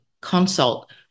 consult